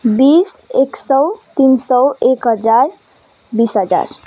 बिस एक सौ तिन सौ एक हजार बिस हजार